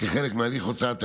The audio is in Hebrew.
כחלק מהליך הוצאת ההיתר,